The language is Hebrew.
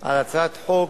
על הצעת חוק